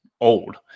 old